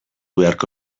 beharko